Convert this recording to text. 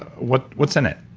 what's what's in it?